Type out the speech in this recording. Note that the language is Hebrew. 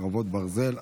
חרבות ברזל),